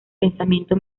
pensamiento